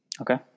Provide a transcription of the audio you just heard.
Okay